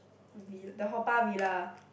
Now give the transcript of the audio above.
vil~ the Haw-Par-Villa